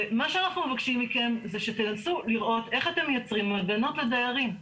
ומה שאנחנו מבקשים מכם זה שתנסו לראות איך אתם מייצרים הגנות לדיירים.